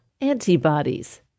Antibodies